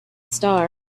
star